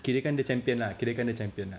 kirakan dia champion ah kirakan dia champion